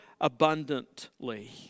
abundantly